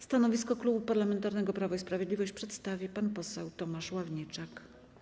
Stanowisko Klubu Parlamentarnego Prawo i Sprawiedliwość przedstawi pan poseł Tomasz Ławniczak.